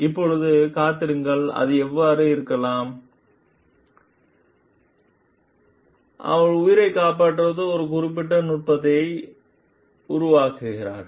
இப்போது காத்திருங்கள் அது அவ்வாறு இருக்கலாம் அவள் உயிரைக் காப்பாற்றும் ஒரு குறிப்பிட்ட நுட்பத்தை உருவாக்கியிருக்கிறாள்